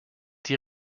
die